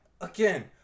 Again